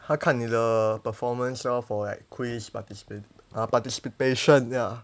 他看你的 performance lor for like quiz participa~ uh participation ya